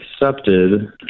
accepted